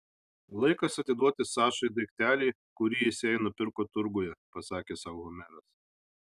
laikas atiduoti sašai daiktelį kurį jis jai nupirko turguje pasakė sau homeras